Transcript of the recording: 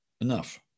Enough